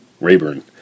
Rayburn